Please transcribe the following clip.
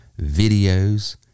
videos